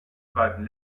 beiden